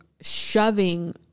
shoving